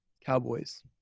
Cowboys